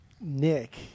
nick